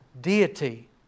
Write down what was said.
deity